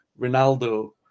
Ronaldo